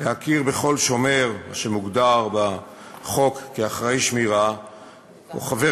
להכיר בכל שומר שמוגדר בחוק כאחראי שמירה או חבר